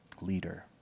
leader